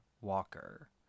Walker